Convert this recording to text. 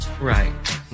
Right